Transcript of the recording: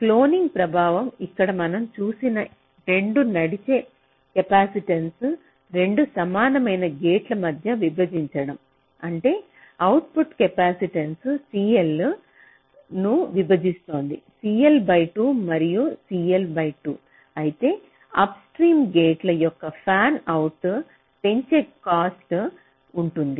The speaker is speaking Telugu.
క్లోనింగ్ ప్రభావం ఇక్కడ మనం చూసిన 2 నడిచే కెపాసిటెన్స్ను 2 సమానమైన గేట్ల మధ్య విభజించడం అంటే అవుట్పుట్ కెపాసిటెన్స్ CL ను విభజిస్తోంది CL బై 2 మరియు ఈ CL బై 2 అయితే అప్స్ట్రీమ్ గేట్ల యొక్క ఫ్యాన్ అవుట్ పెంచే కాస్ట్ ఉంటుంది